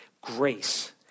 Grace